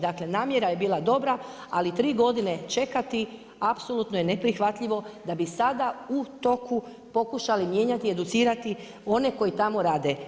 Dakle namjera je bila dobra, ali tri godine čekati apsolutno je neprihvatljivo da bi sada u toku pokušali mijenjati, educirati one koji tamo rade.